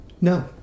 no